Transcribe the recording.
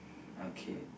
okay